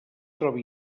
troba